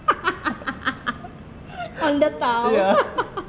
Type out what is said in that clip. ya